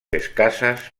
escasas